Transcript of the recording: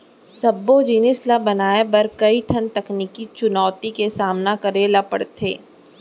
सबो जिनिस ल बनाए बर कइ ठन तकनीकी चुनउती के सामना करे ल परथे